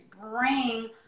bring